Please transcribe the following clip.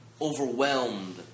overwhelmed